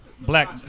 black